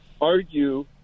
argue